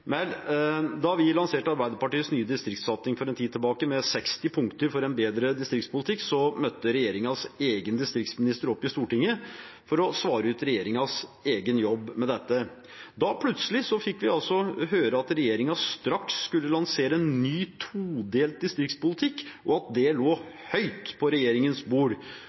Da vi lanserte Arbeiderpartiets nye distriktssatsing for en tid tilbake med 60 punkter for en bedre distriktspolitikk, møtte regjeringens egen distriktsminister opp i Stortinget for å svare ut regjeringens egen jobb med dette. Da, plutselig, fikk vi altså høre at regjeringen straks skulle lansere en ny todelt distriktspolitikk, og at det lå høyt på regjeringens bord.